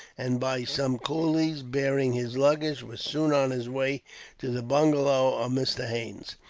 and by some coolies bearing his luggage, was soon on his way to the bungalow of mr. haines.